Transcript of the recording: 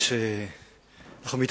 אחריו, חבר הכנסת שלמה מולה.